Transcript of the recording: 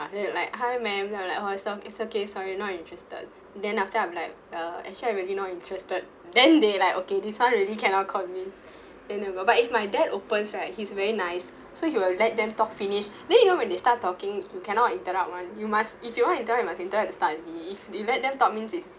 they were like hi ma'am then I'm like hor it's it's okay it's okay sorry not interested then after that I'm like uh actually I really not interested then they like okay this one really cannot convince then they'll go but if my dad opens right he's very nice so he will let them talk finish then you know when they start talking you cannot interrupt one you must if you want interrupt you must interrupt at the start already if you let them talk means it's